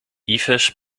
yves